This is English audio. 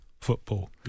football